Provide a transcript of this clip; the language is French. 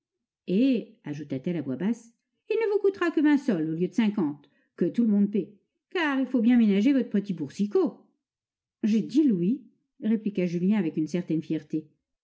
et ajouta-t-elle à voix basse il ne vous coûtera que vingt sols au lieu de cinquante que tout le monde paye car il faut bien ménager votre petit boursicot j'ai dix louis répliqua julien avec une certaine fierté